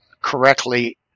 correctly